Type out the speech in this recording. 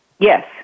Yes